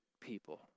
people